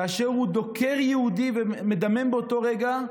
כאשר הוא דוקר יהודי והוא מדמם באותו רגע,